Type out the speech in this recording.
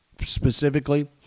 specifically